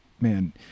man